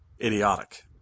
idiotic